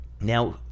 now